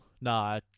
Nah